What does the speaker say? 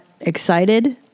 excited